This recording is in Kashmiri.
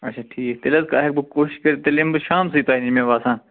اچھا ٹھیٖک تیٚلہِ حظ ہٮ۪کہٕ بہٕ کوٗشِش کٔرِتھ تیٚلہِ یِمہٕ بہٕ شامَسٕے تۄہہِ نِش مےٚ باسان